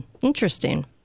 interesting